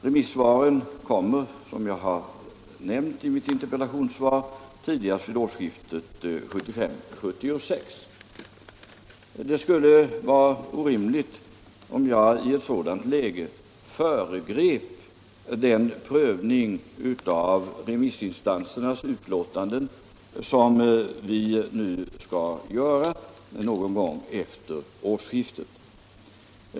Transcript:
Remissyttrandena kommer, som jag har nämnt i mitt svar, tidigast vid årsskiftet 1975-1976. Det skulle vara orimligt om jag i ett sådant läge föregrep den prövning av remissinstansernas utlåtanden som vi skall göra någon gång efter årsskiftet.